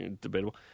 Debatable